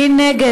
מי נגד?